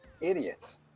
idiots